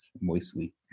moistly